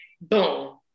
boom